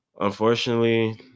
unfortunately